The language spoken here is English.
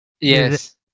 Yes